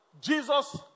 Jesus